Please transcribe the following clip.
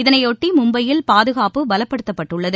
இதனையொட்டி மும்பையில் பாதுகாப்பு பலப்படுத்தப்பட்டுள்ளது